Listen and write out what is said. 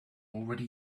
already